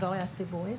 הפלילי.